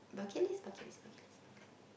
bucket list bucket list bucket list bucket list